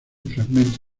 fragmento